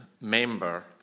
member